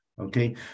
Okay